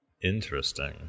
Interesting